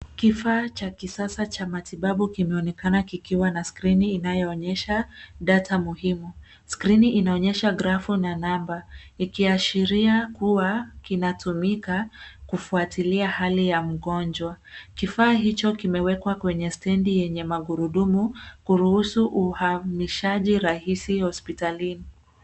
Kifaa cha kisasa cha matibabu kimeonekana kikiwa na skrini inayoonyesha data muhimu. Skrini inaonyesha grafu na namba, ikiashiria kuwa kinatumika kufuatilia hali ya mgonjwa. Kifaa hicho kimewekwa kwenye stendi yenye magurudumu, kuruhusu uhamishaji rahisi hospitalini.